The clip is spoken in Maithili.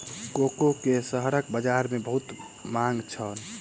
कोको के शहरक बजार में बहुत मांग छल